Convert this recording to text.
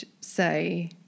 say